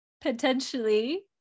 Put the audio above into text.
potentially